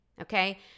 Okay